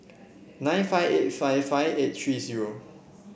nine five eight five five eight three zero